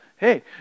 Hey